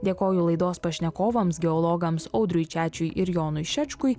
dėkoju laidos pašnekovams geologams audriui čečiui ir jonui šečkui